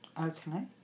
Okay